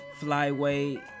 Flyweight